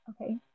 Okay